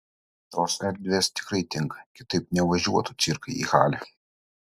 tos erdvės tikrai tinka kitaip nevažiuotų cirkai į halę